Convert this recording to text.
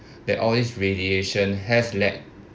that all these radiation has led